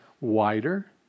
wider